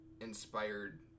inspired